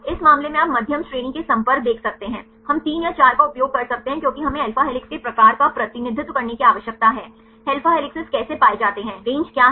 इस मामले में आप मध्यम श्रेणी के संपर्क देख सकते हैं हम 3 या 4 का उपयोग करते हैं क्योंकि हमें अल्फा हेलिसेस के प्रकार का प्रतिनिधित्व करने की आवश्यकता है अल्फा हेलिसेस कैसे पाए जाते हैं रेंज क्या है